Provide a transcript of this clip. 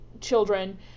children